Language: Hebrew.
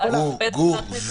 גור,